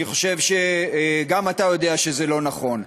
אני חושב שגם אתה יודע שזה לא נכון.